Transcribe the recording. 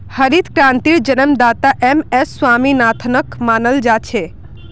हरित क्रांतिर जन्मदाता एम.एस स्वामीनाथनक माना जा छे